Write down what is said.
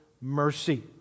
mercy